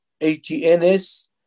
ATNS